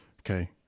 okay